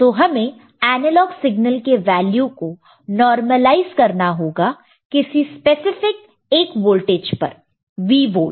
तो हमें analogue signal के वैल्यू को नॉर्मलाइज करना होगा किसी स्पसिफ़िक 1 वोल्टेज पर V वोल्ट